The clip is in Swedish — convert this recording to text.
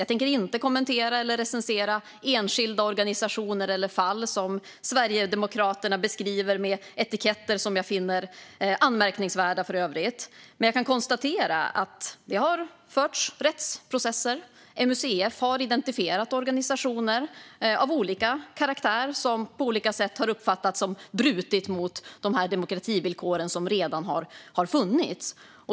Jag tänker inte kommentera eller recensera enskilda organisationer eller fall som Sverigedemokraterna beskriver med etiketter som jag för övrigt finner anmärkningsvärda, men jag kan konstatera att det har förts rättsprocesser. MUCF har identifierat organisationer av olika karaktär som på olika sätt har uppfattats bryta mot de demokrativillkor som redan finns.